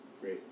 great